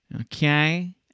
Okay